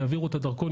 יעבירו את הדרכון,